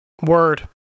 Word